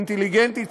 אינטליגנטית,